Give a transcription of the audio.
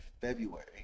February